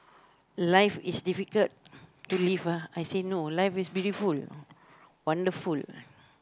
life is difficult to live ah I say no life is beautiful wonderful